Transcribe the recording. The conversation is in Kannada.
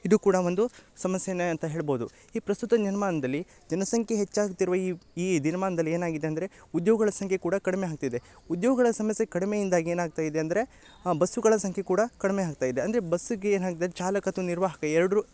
ಇದು ಕೂಡ ಒಂದು ಸಮಸ್ಯೆನೆ ಅಂತ ಹೇಳ್ಬೋದು ಈ ಪ್ರಸ್ತುತ ದಿನ್ಮಾನ್ದಲ್ಲಿ ಜನಸಂಖ್ಯೆ ಹೆಚ್ಚಾಗ್ತಿರುವ ಈ ಈ ದಿನಮಾನದಲ್ಲಿ ಏನಾಗಿದೆ ಅಂದರೆ ಉದ್ಯೋಗಗಳ ಸಂಖ್ಯೆ ಕೂಡ ಕಡ್ಮೆ ಆಗ್ತಿದೆ ಉದ್ಯೋಗಗಳ ಸಮಸ್ಯೆ ಕಡಿಮೆ ಇಂದಾಗಿ ಏನಾಗ್ತಾಯಿದೆ ಅಂದರೆ ಬಸ್ಸುಗಳ ಸಂಖ್ಯೆ ಕೂಡ ಕಡ್ಮೆ ಆಗ್ತಾಯಿದೆ ಅಂದರೆ ಬಸ್ಸಿಗೆ ಏನಾಗಿದೆ ಅಂದ್ರೆ ಚಾಲಕತ್ವ ನಿರ್ವಾಹಕ ಎರಡು